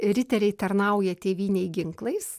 riteriai tarnauja tėvynei ginklais